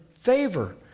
favor